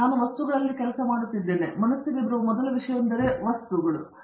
ನಾನು ವಸ್ತುಗಳಲ್ಲಿ ಕೆಲಸ ಮಾಡುತ್ತಿದ್ದೇನೆ ಆದ್ದರಿಂದ ಮನಸ್ಸಿಗೆ ಬರುವ ಮೊದಲ ವಿಷಯವೆಂದರೆ ಹೊಸ ವಸ್ತುಗಳು ಬರುತ್ತಿದೆ